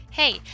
Hey